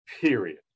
period